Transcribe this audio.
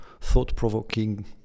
thought-provoking